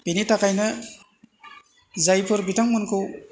बिनि थाखायनो जायफोर बिथांमोनखौ